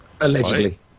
Allegedly